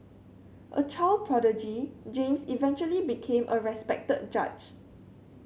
a child prodigy James eventually became a respected judge